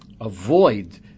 avoid